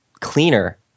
cleaner